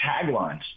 taglines